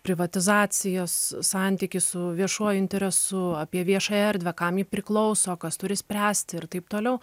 privatizacijos santykį su viešuoju interesu apie viešąją erdvę kam ji priklauso kas turi spręsti ir taip toliau